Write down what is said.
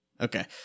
Okay